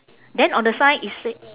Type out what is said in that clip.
then on the sign it say